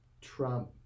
Trump